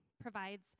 provides